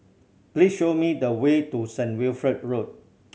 please show me the way to Saint Wilfred Road